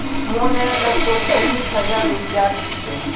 मोर नया लैपटॉप उन्नीस हजार रूपयार छिके